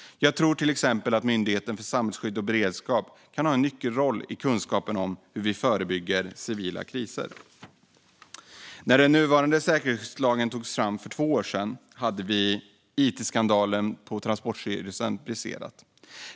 Jag tror till exempel att Myndigheten för samhällsskydd och beredskap kan ha en nyckelroll i kunskapen om hur vi förebygger civila kriser. När den nuvarande säkerhetsskyddslagen togs fram för två år sedan hade it-skandalen på Transportstyrelsen briserat.